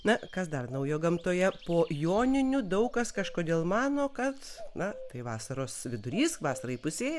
na kas dar naujo gamtoje po joninių daug kas kažkodėl mano kad na tai vasaros vidurys vasara įpusėjo